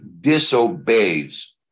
disobeys